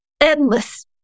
endless